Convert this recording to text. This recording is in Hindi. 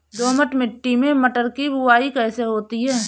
दोमट मिट्टी में मटर की बुवाई कैसे होती है?